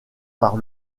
par